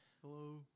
Hello